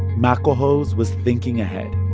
maclehose was thinking ahead.